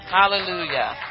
Hallelujah